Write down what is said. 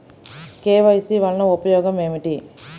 KYC వలన ఉపయోగం ఏమిటీ?